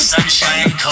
Sunshine